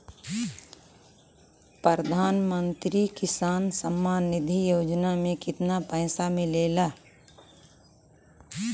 प्रधान मंत्री किसान सम्मान निधि योजना में कितना पैसा मिलेला?